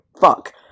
Fuck